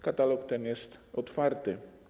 Katalog ten jest otwarty.